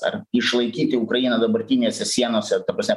ar išlaikyti ukrainą dabartinėse sienose ta prasme